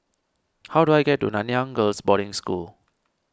how do I get to Nanyang Girls' Boarding School